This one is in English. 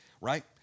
right